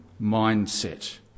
mindset